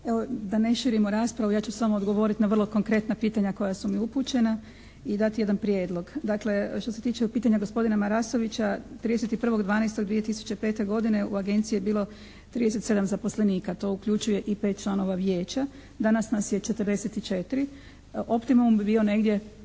da ne širimo raspravu ja ću samo odgovoriti na vrlo konkretna pitanja koja su mi upućena i dati jedan prijedlog. Dakle, što se tiče pitanja gospodina Marasovića 31.12.2005. godine u Agenciji je bilo 37 zaposlenika, to uključuje i 5 članova Vijeća. Danas nas je 44. Optimum bi bio negdje